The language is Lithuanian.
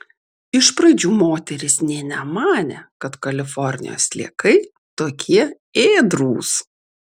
iš pradžių moteris nė nemanė kad kalifornijos sliekai tokie ėdrūs